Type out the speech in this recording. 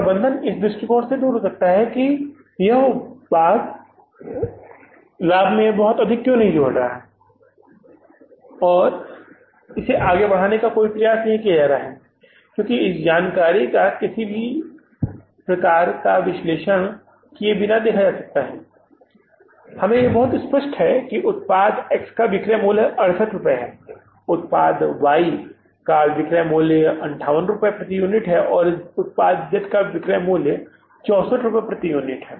प्रबंधन इस दृष्टिकोण से दूर हो सकता है कि यह उत्पाद लाभ में बहुत अधिक क्यों नहीं जोड़ रहा है और इसे आगे बढ़ाने के लिए कोई प्रयास नहीं किया जा रहा है क्योंकि यह इस जानकारी का किसी भी प्रकार का विश्लेषण किए बिना देखता है इसलिए हम यहाँ बहुत स्पष्ट हैं कि उत्पाद X के लिए विक्रय मूल्य 68 है उत्पाद Y के लिए विक्रय मूल्य 58 रुपये प्रति यूनिट है और उत्पाद Z के लिए विक्रय मूल्य 64 रुपये प्रति यूनिट है